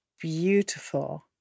beautiful